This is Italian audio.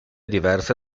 diverse